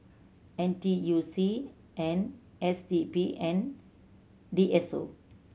N T U C and S D P and D S O